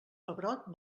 pebrot